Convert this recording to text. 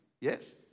yes